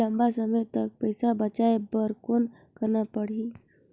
लंबा समय तक पइसा बचाये बर कौन करना पड़ही?